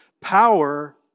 power